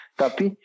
tapi